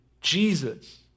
Jesus